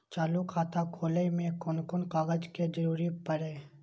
चालु खाता खोलय में कोन कोन कागज के जरूरी परैय?